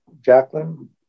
Jacqueline